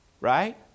Right